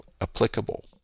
applicable